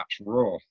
Raw